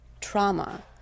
trauma